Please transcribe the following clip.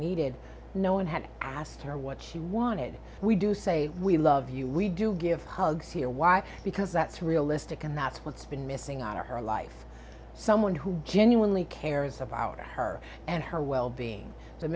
needed no one had asked her what she wanted we do say we love you we do give hugs here why because that's realistic and that's what's been missing on her life someone who genuinely cares of our her and her well being the